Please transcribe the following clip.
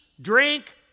drink